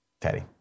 Teddy